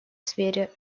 сфере